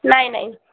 नाही नाही